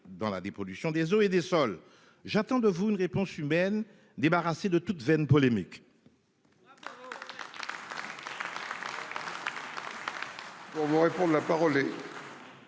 dans la dépollution des eaux et des sols. J'attends de vous une réponse humaine, débarrassée de toute vaine polémique.